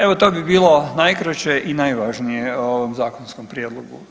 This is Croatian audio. Evo to bi bilo najkraće i najvažnije o ovom zakonskom prijedlogu.